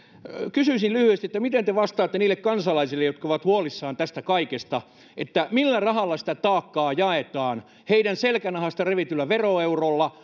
kysyisin lyhyesti miten te vastaatte niille kansalaisille jotka ovat huolissaan tästä kaikesta että millä rahalla sitä taakkaa jaetaan heidän selkänahastaan revityllä veroeurollako